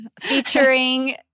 Featuring